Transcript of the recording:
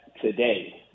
today